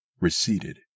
receded